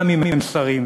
גם אם הם שרים.